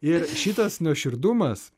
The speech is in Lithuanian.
ir šitas nuoširdumas